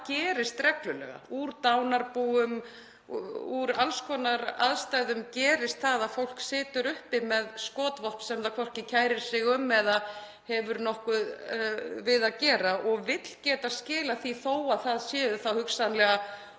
það gerist reglulega, úr dánarbúum, úr alls konar aðstæðum, og fólk situr uppi með skotvopn sem það hvorki kærir sig um eða hefur nokkuð við að gera og vill geta skilað því þó að það sé þá hugsanlega